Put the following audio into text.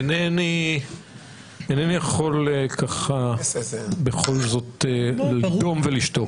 אינני יכול בכל זאת לידום ולשתוק.